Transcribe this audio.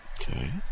Okay